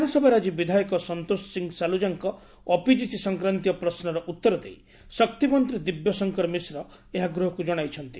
ବିଧାନସଭାରେ ଆକି ବିଧାୟକ ସନ୍ତୋଷ ସିଂ ସାଲୁଜାଙ୍କ ଓପିଜିସି ସଂକ୍ରାନ୍ତୀୟ ପ୍ରଶ୍ୱର ଉତ୍ତର ଦେଇ ଶକ୍ତି ମନ୍ତୀ ଦିବ୍ୟଶଙ୍କର ମିଶ୍ର ଏହା ଗୃହକୁ ଜଶାଇଛନ୍ତି